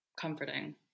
comforting